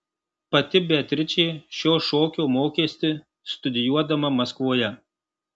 pati beatričė šio šokio mokėsi studijuodama maskvoje